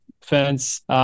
fence